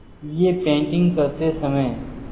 یہ پینٹنگ کرتے سمعے